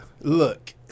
Look